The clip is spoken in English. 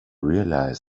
realize